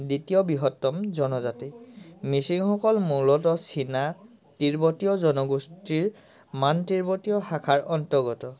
দ্বিতীয় বৃহত্তম জনজাতি মিচিংসকল মূলতঃ চীনা তিব্বতীয় জনগোষ্ঠীৰ মান তিব্বতীয় ভাষাৰ অন্তৰ্গত